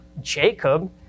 Jacob